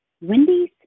Wendy's